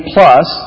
Plus